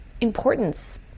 importance